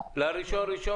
מאוד רווחי.